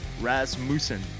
Rasmussen